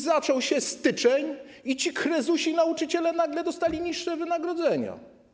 Zaczął się styczeń i ci krezusi nauczyciele nagle dostali niższe wynagrodzenia.